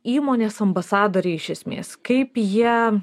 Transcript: įmonės ambasadoriai iš esmės kaip jie